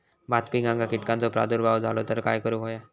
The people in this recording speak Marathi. भात पिकांक कीटकांचो प्रादुर्भाव झालो तर काय करूक होया?